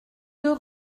deux